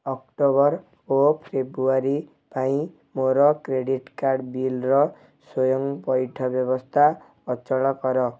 October ଓ February ପାଇଁ ମୋର କ୍ରେଡ଼ିଟ୍ କାର୍ଡ଼୍ ବିଲ୍ର ସ୍ଵୟଂପଇଠ ବ୍ୟବସ୍ଥା ଅଚଳ କର